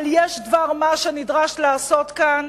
אבל יש דבר-מה שנדרש לעשות כאן